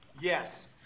Yes